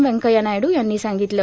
वेंकय्या नायड्र यांनी सांगितलं